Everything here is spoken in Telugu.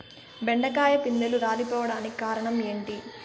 బెండకాయ పిందెలు రాలిపోవడానికి కారణం ఏంటి?